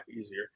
easier